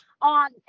on